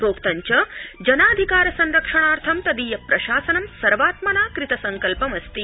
प्रोक्तं च जनाधिकार संरक्षणार्थं तदीय प्रशासनं सर्वात्मना कृत संकल्पमस्ति